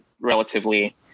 relatively